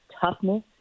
toughness